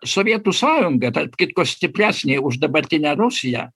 sovietų sąjunga tarp kitko stipresnė už dabartinę rusiją